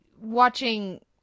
Watching